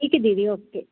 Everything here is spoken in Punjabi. ਇੱਕ ਦੇ ਦਿਓ ਓਕੇ